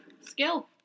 skill